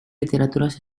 literaturas